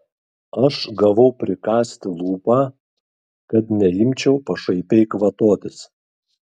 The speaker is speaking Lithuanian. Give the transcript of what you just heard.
aš gavau prikąsti lūpą kad neimčiau pašaipiai kvatotis